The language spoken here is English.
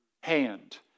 hand